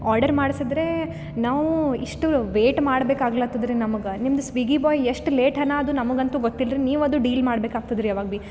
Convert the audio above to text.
order ಮಾಡ್ಸಿದ್ರೆ ನಾವು ಇಷ್ಟು ವೆಯ್ಟ್ ಮಾಡ್ಬೇಕು ಆಗ್ಲತದ ರೀ ನಮ್ಗೆ ನಿಮ್ದು ಸ್ವಿಗ್ಗಿ ಬೊಯ್ ಎಷ್ಟು ಲೇಟ್ ಹನಾ ಅದು ನಮಗೆ ಅಂತು ಗೊತ್ತಿಲ್ಲ ರೀ ನೀವು ಅದು ಡೀಲ್ ಮಾಡ್ಬೇಕು ಆಗ್ತದೆ ರೀ ಅವಾಗ ಬಿ